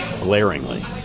glaringly